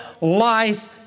life